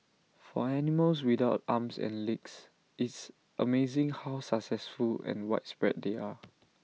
for animals without arms and legs it's amazing how successful and widespread they are